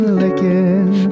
licking